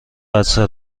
بسته